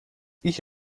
ich